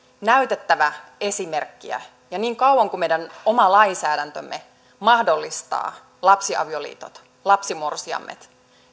näytettävä esimerkkiä ja niin kauan kuin meidän oma lainsäädäntömme mahdollistaa lapsiavioliitot lapsimorsiamet